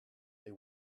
they